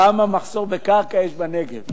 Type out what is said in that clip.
כמה מחסור בקרקע יש בנגב.